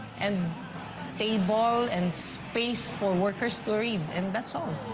and table, and space for workers to read and that's all.